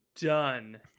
Done